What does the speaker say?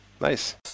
Nice